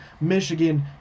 Michigan